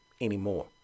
anymore